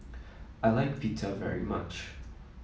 I like Pita very much